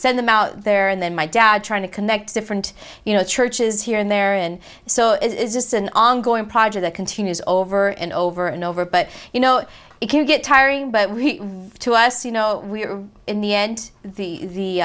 send them out there and then my dad trying to connect different you know churches here and there and so it's just an ongoing project that continues over and over and over but you know it can get tiring but to us you know we're in the end